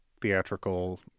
theatrical